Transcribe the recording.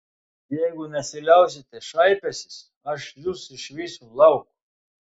jeigu nesiliausite šaipęsis aš jus išvysiu lauk